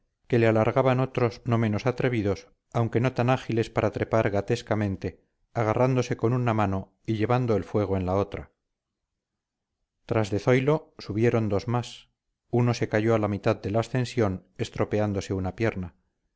que le alargaban otros no menos atrevidos aunque no tan ágiles para trepar gatescamente agarrándose con una mano y llevando el fuego en la otra tras de zoilo subieron dos más uno se cayó a la mitad de la ascensión estropeándose una pierna